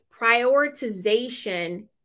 Prioritization